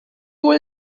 will